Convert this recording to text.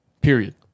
period